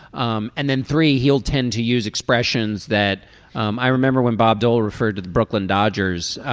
um and then three he'll tend to use expressions that um i remember when bob dole referred to the brooklyn dodgers